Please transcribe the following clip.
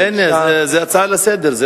זו הצעה לסדר-היום,